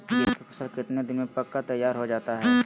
गेंहू के फसल कितने दिन में पक कर तैयार हो जाता है